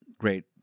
Great